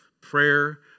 prayer